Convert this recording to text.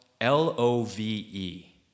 L-O-V-E